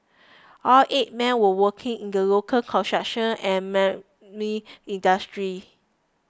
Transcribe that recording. all eight men were working in the local construction and marine industries